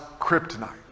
kryptonite